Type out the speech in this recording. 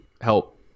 help